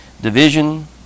Division